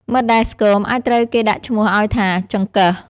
មិត្តដែលស្គមអាចត្រូវគេដាក់ឈ្មោះឱ្យថា “ចង្កឹះ”។